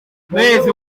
umuhererezi